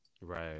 right